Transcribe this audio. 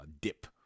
dip